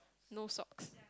no socks